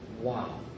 Wow